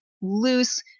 loose